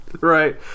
right